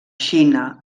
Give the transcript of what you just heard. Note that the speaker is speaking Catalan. xina